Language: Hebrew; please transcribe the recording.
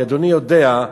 כי אדוני יודע,